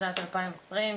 בשנת 2020,